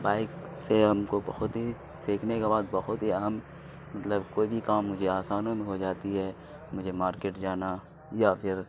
bike سے ہم کو بہت ہی سیکھنے کے بعد بہت ہی اہم مطلب کوئی بھی کام مجھے آسانی ہو جاتی ہے مجھے مارکیٹ جانا یا پھر